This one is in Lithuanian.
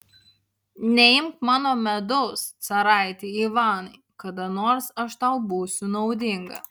neimk mano medaus caraiti ivanai kada nors aš tau būsiu naudinga